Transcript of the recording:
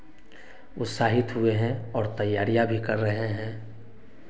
उत्साहित हुए हैं और तैयारियाँ भी कर रहे हैं